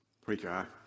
preacher